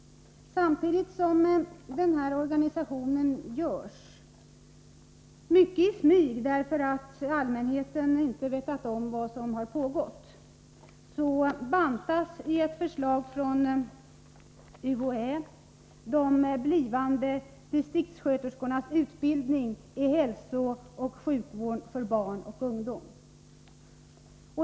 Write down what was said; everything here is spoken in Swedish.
Samtidigt som denna omorganisation pågår — det sker i stor utsträckning i smyg, för allmänheten har inte vetat om vad som pågått — bantar man, enligt ett förslag från UHÄ, blivande distriktssköterskors utbildning i hälsooch sjukvård för barn och ungdom.